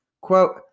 Quote